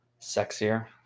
sexier